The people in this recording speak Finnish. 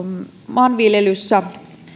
maanviljelyssä